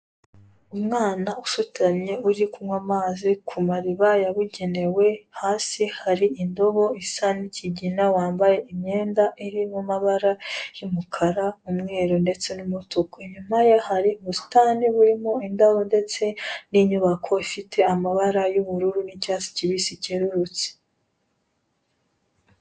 Umwana usutamye uri kunywa amazi ku mariba yabugenewe, hasi hari indobo isa n'ikigina wambaye imyenda irimo amabara y'umukara, umweru, ndetse n'umutuku, inyuma ye hari ubusitani burimo indabo ndetse n'inyubako ifite amabara y'ubururu n'icyatsi kibisi kerurutse.